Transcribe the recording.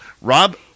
Rob